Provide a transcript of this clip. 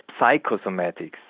psychosomatics